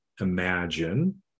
imagine